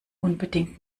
unbedingt